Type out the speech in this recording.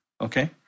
Okay